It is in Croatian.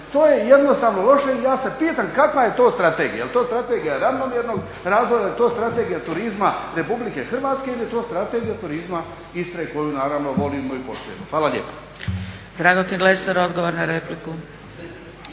To je jednostavno loše i ja se pitam kakva je to strategija? Je li to strategija ravnomjernog razvoja, je li to Strategija turizma RH ili je to Strategija turizma Istre koju naravno volimo i poštujemo. Hvala lijepa.